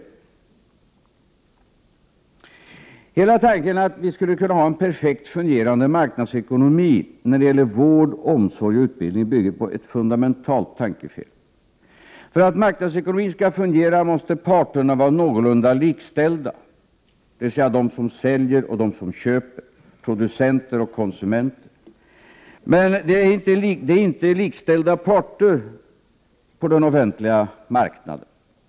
Talet om att vi skulle kunna ha en perfekt fungerande marknadsekonomi när det gäller vård, omsorg och utbildning bygger på ett fundamentalt tankefel. För att marknadsekonomin skall fungera måste parterna vara någorlunda likställda, dvs. de som säljer och de som köper, producenter och konsumenter. Men de är inte likställda parter på den offentliga marknaden.